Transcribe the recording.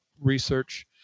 research